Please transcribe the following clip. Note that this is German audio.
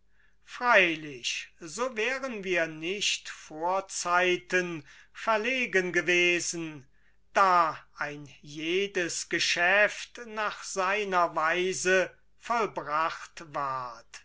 freilich so wären wir nicht vorzeiten verlegen gewesen da ein jedes geschäft nach seiner weise vollbracht ward